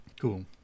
cool